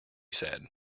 said